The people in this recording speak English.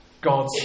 God's